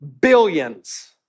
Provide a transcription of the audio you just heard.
billions